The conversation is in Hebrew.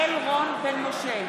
משה,